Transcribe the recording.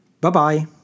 Bye-bye